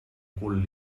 cul